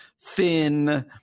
thin